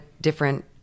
different